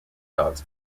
dogs